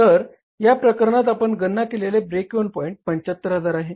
तर या प्रकरणात आपण गणना केलेले ब्रेक इव्हन पॉईंट 75000 आहे